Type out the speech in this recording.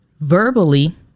verbally